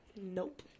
nope